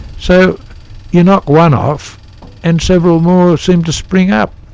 so you knock one off and several more seem to spring up.